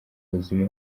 buzima